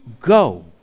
go